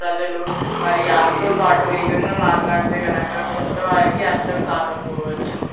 ప్రజలు వారి యాసతో పాటు వేగంగా మాట్లాడితే కనుక కొత్తవారికి అర్థం కాకపోవచ్చు